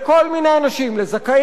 לזכאים ולא לזכאים,